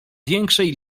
większej